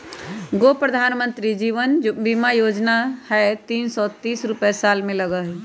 गो प्रधानमंत्री जीवन ज्योति बीमा योजना है तीन सौ तीस रुपए साल में लगहई?